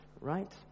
right